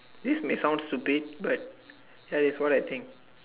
this may sound stupid but that is what I think